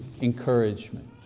encouragement